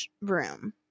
room